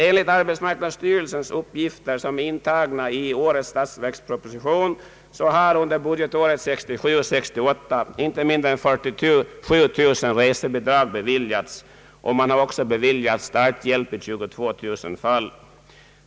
Enligt arbetsmarknadsstyrelsens uppgifter, som är intagna i årets statsverksproposition, har under budgetåret 1967/ 68 inte mindre än 47 000 resebidrag beviljats. Man har också beviljat starthjälp i 22 000 fall.